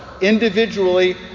individually